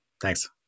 Thanks